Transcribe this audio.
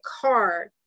car